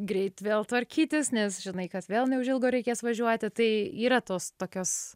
greit vėl tvarkytis nes žinai kad vėl neužilgo reikės važiuoti tai yra tos tokios